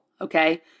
okay